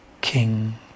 king